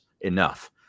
enough